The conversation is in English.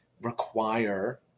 require